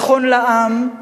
נכון לעם,